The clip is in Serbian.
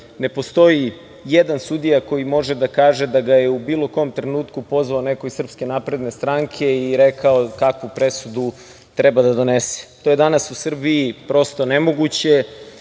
ne postoji jedan sudija koji može da kaže da ga je u bilo kom trenutku pozvao neko iz SNS i rekao kakvu presudu treba da donese. To je danas u Srbiji prosto nemoguće